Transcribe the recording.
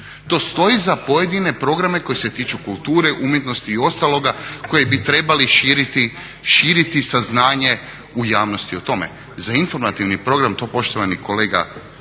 To stoji za pojedine programe koji se tiču kulture, umjetnosti i ostaloga koji bi trebali širiti saznanje u javnosti o tome. Za informativni program to poštovani kolege